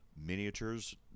Miniatures